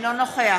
אינו נוכח